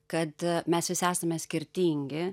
kad mes visi esame skirtingi